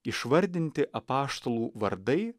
išvardinti apaštalų vardai